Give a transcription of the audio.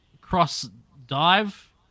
cross-dive